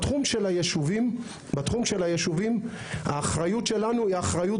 בתחום של היישובים האחריות שלנו היא אחריות